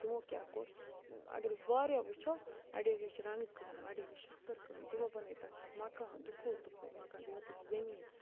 تِمو کیٛاہ کوٚر اگر أسۍ واریاہ وٕچھو اَڑیو ہیٚچھۍ رنٛٛگہٕ کٲم اَڑیو ہیٚچھۍ شِشتٕر کٲم تِمو بَنٲے تَتھ پٮ۪ٹھ مَکان دُپُہُر دُپُہُر مَکان بیٚیہِ ہیوٚتُکھ زٔمیٖن